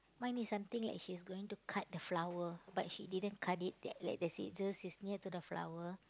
mine is something like she's going to cut the flower but she didn't cut it like like the scissors is near to the flower